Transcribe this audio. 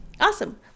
awesome